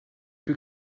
plus